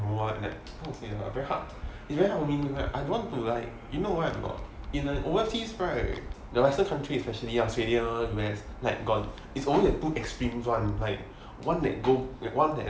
!wah! like how to say ah very hard it's very hard for me I don't want to like you know why are not in like overseas right now as a western country especially australia U_S like got it's always the two extremes one like one that go with one that